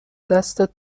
دستت